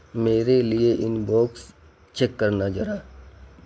میرے لیے inbox check کرنا ذرا